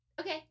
Okay